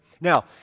Now